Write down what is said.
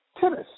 tennis